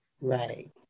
Right